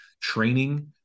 training